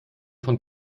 von